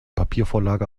papiervorlage